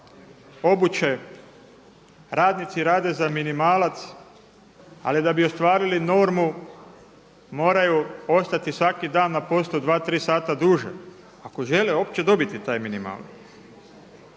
obuće radnici rade za minimalac, ali da bi ostvarili normu moraju ostati svaki dan na poslu dva, tri sata duže ako žele uopće dobiti taj minimalac.